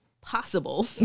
possible